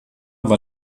war